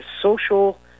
social